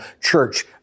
church